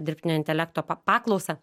dirbtinio intelekto pa paklausa